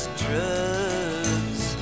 drugs